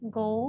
go